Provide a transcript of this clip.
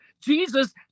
Jesus